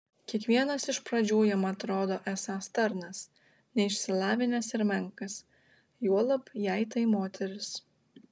kiekvienas iš pradžių jam atrodo esąs tarnas neišsilavinęs ir menkas juolab jei tai moteris